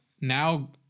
now